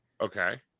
Okay